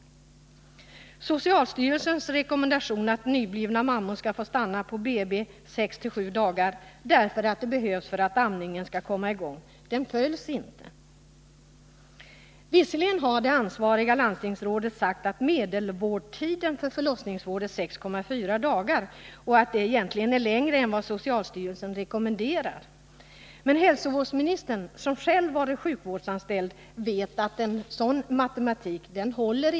Man följer inte socialstyrelsens rekommendation att nyblivna mammor skall få stanna på BB sex sju dagar därför att det behövs för att amningen skall komma i gång. Visserligen har det ansvariga landstingsrådet sagt att medelvårdtiden för förlossningsvård är 6,4 dagar och att det egentligen är längre tid än vad socialstyrelsen rekommenderar, men hälsovårdsministern, som själv varit sjukvårdsanställd, vet att den matematiken inte håller.